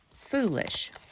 foolish